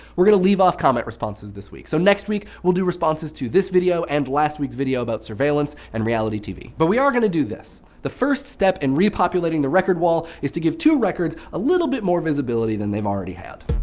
we're going to leave off comment responses this week. so next week, we'll do responses to this video and last week's video about surveillance and reality tv. but we are going to do this. the first step in repopulating the record wall is to give two records a little bit more visibility than they've already had.